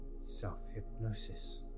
self-hypnosis